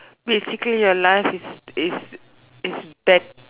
basically your life is is is bad